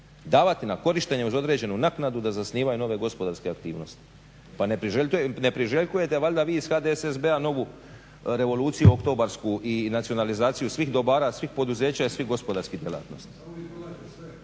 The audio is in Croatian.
davati na korištenje uz određenu naknadu da zasnivaju nove gospodarske aktivnosti? Pa ne priželjkujete valjda vi iz HDSSB-a novu revoluciju oktobarsku i nacionalizaciju svih dobara, svih poduzeća i svih gospodarskih djelatnosti?